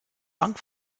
bank